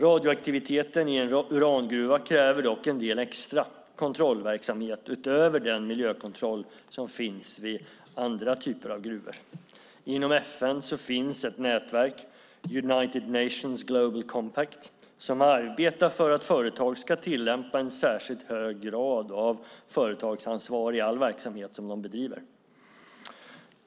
Radioaktiviteten i en urangruva kräver dock en del extra kontrollverksamhet utöver den miljökontroll som finns vid andra typer av gruvor. Inom FN finns ett nätverk, United Nations Global Compact, som arbetar för att företag ska tillämpa en särskilt hög grad av företagsansvar i all verksamhet som man bedriver.